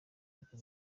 leta